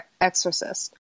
exorcist